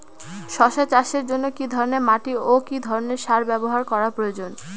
শশা চাষের জন্য কি ধরণের মাটি ও কি ধরণের সার ব্যাবহার করা প্রয়োজন?